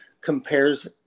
compares